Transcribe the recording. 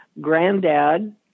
Granddad